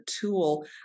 tool